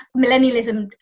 millennialism